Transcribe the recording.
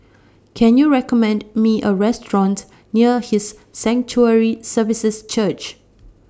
Can YOU recommend Me A Restaurant near His Sanctuary Services Church